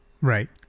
Right